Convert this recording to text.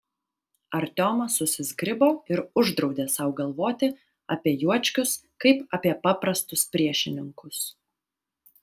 artiomas susizgribo ir uždraudė sau galvoti apie juočkius kaip apie paprastus priešininkus